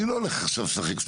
אני לא הולך עכשיו לשחק.